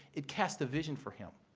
it casts a vision for him.